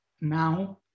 now